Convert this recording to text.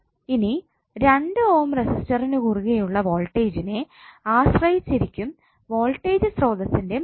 ഇനി 2 ഓം റെസിസ്റ്ററിനു കുറുകെ ഉള്ള വോൾടേജ്നെ ആശ്രയിച്ചു ഇരിക്കും വോൾട്ടേജ് സ്രോതസ്സിനെ മൂല്യം